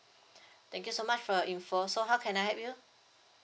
thank you so much for your info so how can I help you